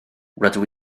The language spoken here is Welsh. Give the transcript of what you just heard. rydw